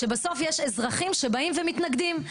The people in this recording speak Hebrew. שבסוף יש אזרחים שבאים ומתנגדים.